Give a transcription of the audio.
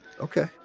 okay